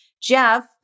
Jeff